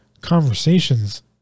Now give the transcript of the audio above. conversations